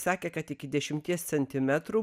sakė kad iki dešimties centimetrų